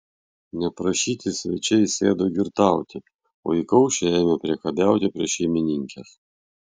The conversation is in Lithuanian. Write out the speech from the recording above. neprašyti svečiai sėdo girtauti o įkaušę ėmė priekabiauti prie šeimininkės